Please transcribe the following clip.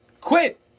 quit